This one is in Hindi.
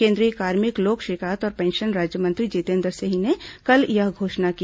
केंद्रीय कार्मिक लोक शिकायत और पेंशन राज्यमंत्री जितेन्द्र सिंह ने कल यह घोषणा की